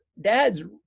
dad's